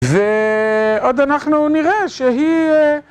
ועוד אנחנו נראה שהיא...